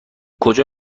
کجا